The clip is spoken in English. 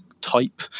type